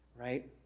right